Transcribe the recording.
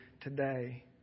today